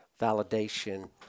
validation